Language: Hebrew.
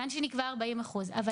כיוון שנקבע 40% שעולה כאן.